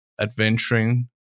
adventuring